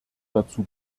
dazu